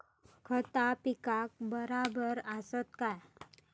खता पिकाक बराबर आसत काय?